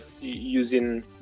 using